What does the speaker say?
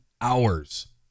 hours